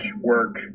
work